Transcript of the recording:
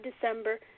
December